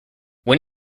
when